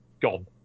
gone